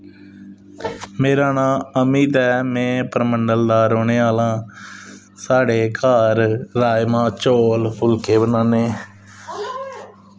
मेरा नांऽ अमित ऐ में परमंडल दा रौह्ने आह्ला साढ़े घर राजमांह् चौल फुल्के बनान्ने